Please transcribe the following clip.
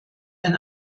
ein